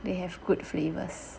they have good flavours